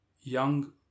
young